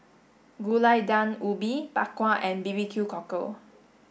Gulai Daun Ubi Bak Kwa and B B Q cockle